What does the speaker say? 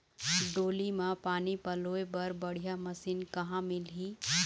डोली म पानी पलोए बर बढ़िया मशीन कहां मिलही?